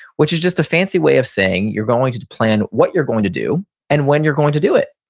which is just a fancy way of saying you're going to to plan what you're going to do and when you're going to do it.